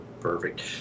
Perfect